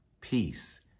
peace